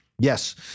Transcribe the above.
Yes